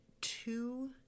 two